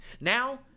Now